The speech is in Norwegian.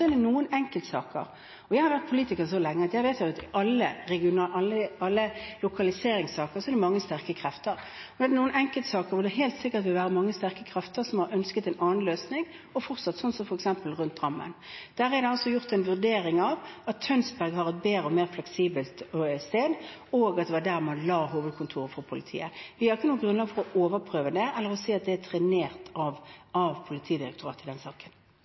er det noen enkeltsaker. Jeg har vært politiker så lenge at jeg vet at i alle lokaliseringssaker er det mange sterke krefter, og det er noen enkeltsaker hvor det helt sikkert vil være mange sterke krefter som har ønsket en annen løsning, fortsatt, som f.eks. rundt Drammen. Der er det altså gjort en vurdering av at Tønsberg har et bedre og mer fleksibelt sted, og at det var der man la hovedkontoret for politiet. Vi har ikke noe grunnlag for å overprøve det eller for å si at det er trenert av Politidirektoratet.